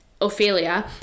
Ophelia